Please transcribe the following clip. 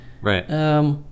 Right